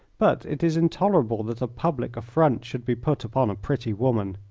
but it is intolerable that a public affront should be put upon a pretty woman.